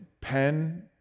pen